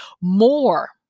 more